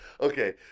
Okay